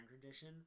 tradition